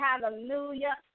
Hallelujah